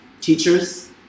Teachers